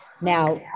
Now